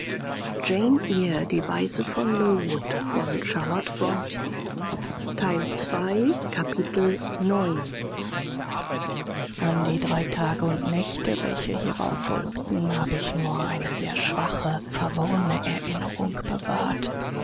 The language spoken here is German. kapitel an die drei tage und nächte welche hierauf folgten habe ich nur eine sehr schwache verworrene erinnerung bewahrt